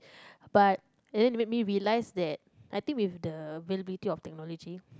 but and make me realise that I think with the availability of technology